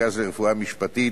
המרכז לרפואה משפטית,